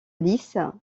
lisse